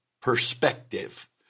perspective